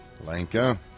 Lanka